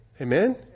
Amen